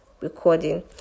recording